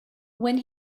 when